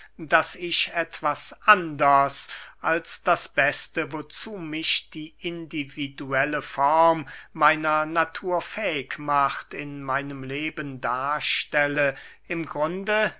daß ich etwas anders als das beste wozu mich die individuelle form meiner natur fähig macht in meinem leben darstelle im grunde